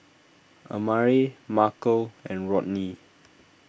Amare Markel and Rodney